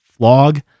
vlog